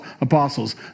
apostles